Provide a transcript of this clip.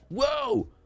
whoa